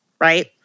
right